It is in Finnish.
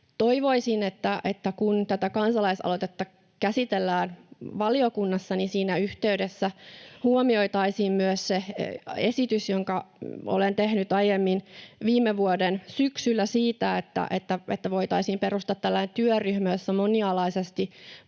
Toivoisin, että kun tätä kansalaisaloitetta käsitellään valiokunnassa, niin siinä yhteydessä huomioitaisiin myös se esitys, jonka olen tehnyt aiemmin, viime vuoden syksyllä, siitä, että voitaisiin perustaa tällainen työryhmä, jossa monialaisesti